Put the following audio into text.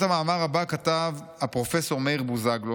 את המאמר הבא כתב פרופ' מאיר בוזגלו,